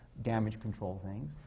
damage control things.